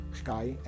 sky